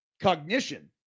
cognition